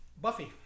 Buffy